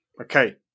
Okay